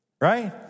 Right